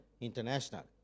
International